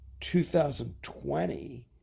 2020